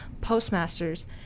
postmasters